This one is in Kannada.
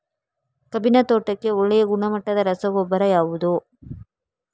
ಕಬ್ಬಿನ ತೋಟಕ್ಕೆ ಒಳ್ಳೆಯ ಗುಣಮಟ್ಟದ ರಸಗೊಬ್ಬರ ಯಾವುದು?